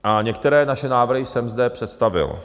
A některé naše návrhy jsem zde představil.